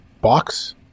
box